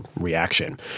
reaction